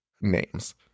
names